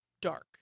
dark